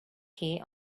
here